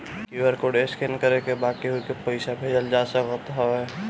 QR code के scan करके बा केहू के पईसा भेजल जा सकत हवे